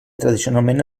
tradicionalment